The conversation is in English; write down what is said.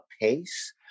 pace